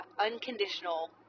unconditional